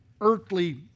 earthly